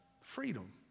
Freedom